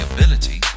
ability